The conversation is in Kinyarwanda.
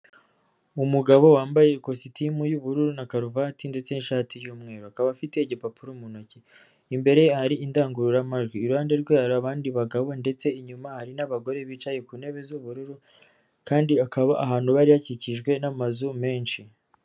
Umugabo wambaye ikositimu y'ubururu na karuvati ndetse n'ishati y'umweru, akaba afite igipapuro mu ntoki, imbere hari indangururamajwi, iruhande rwe hari abandi bagabo ndetse inyuma hari n'abagore bicaye ku ntebe z'ubururu kandi bakaba ahantu bari hakikijwe n'amazu menshi.